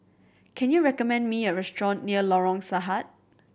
can you recommend me a restaurant near Lorong Sarhad